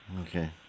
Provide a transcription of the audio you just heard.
Okay